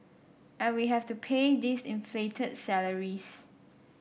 and we have to pay these inflated salaries